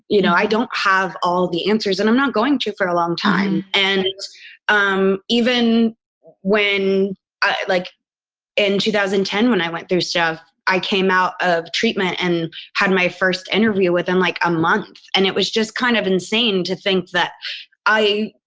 you know, i don't have all the answers and i'm not going to for a long time. and um even when i, like in two thousand and ten, when i went through stuff, i came out of treatment and had my first interview within like a month. and it was just kind of insane to think that i,